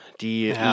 die